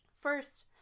First